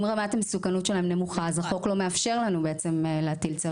אם רמת המסוכנות שלהם נמוכה אז החוק לא מאפשר לנו להטיל צו פיקוח.